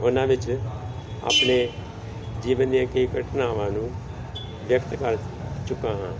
ਉਹਨਾਂ ਵਿੱਚ ਆਪਣੇ ਜੀਵਨ ਦੀਆਂ ਕਈ ਘਟਨਾਵਾਂ ਨੂੰ ਵਿਅਕਤ ਕਰ ਚੁੱਕਾ ਹਾਂ